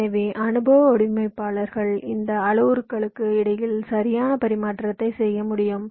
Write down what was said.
எனவே அனுபவ வடிவமைப்பாளர்கள் இந்த அளவுருக்களுக்கு இடையில் சரியான பரிமாற்றத்தை செய்ய முடியும்